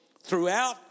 throughout